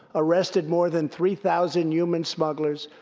arrested more than three thousand human smugglers,